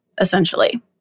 essentially